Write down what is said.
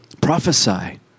Prophesy